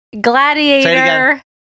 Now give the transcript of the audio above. Gladiator